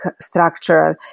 structural